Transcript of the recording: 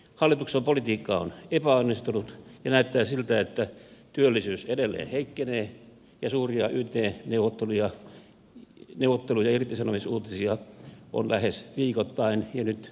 hallituksen politiikka on epäonnistunut ja näyttää siltä että työllisyys edelleen heikkenee ja suuria yt neuvotteluja ja irtisanomisuutisia on lähes viikoittain ja nyt enenevästi myös palvelualoilla